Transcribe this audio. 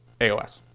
AOS